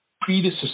previous